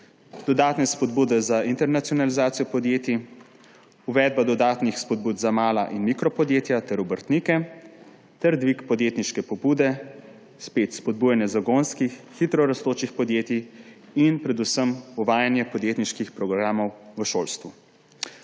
dodatne spodbude za internacionalizacijo podjetij, uvedbo dodatnih spodbud za mala in mikro podjetja ter obrtnike ter dvig podjetniške pobude, spet spodbujanje zagonskih, hitro rastočih podjetij in predvsem uvajanje podjetniških programov v šolstvu.